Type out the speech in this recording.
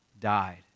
died